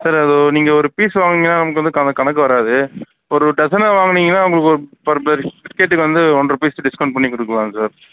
sir அது ஒரு நீங்கள் ஒரு பீஸ் வாங்குனீங்கன்னா உங்களுக்கான கணக்கு வராது ஒரு டஸன்னாக வாங்குனீங்கன்னா உங்களுக்கு ஒரு பெர் பெர் பிஸ்கெட்டுக்கு வந்து ஒன்றை பீஸ் டிஸ்கவுண்ட் பண்ணி கொடுக்கலாம் சார்